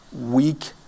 weak